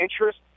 interest